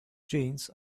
jeans